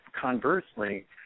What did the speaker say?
conversely